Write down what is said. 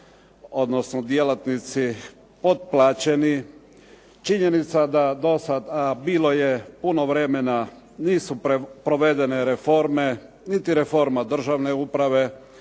odnosno djelatnici potplaćeni. Činjenica da dosad, a bilo je puno vremena, nisu provedene reforme, niti reforma državne uprave,